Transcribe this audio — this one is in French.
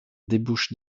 débouche